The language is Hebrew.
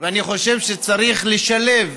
ואני חושב שצריך לשלב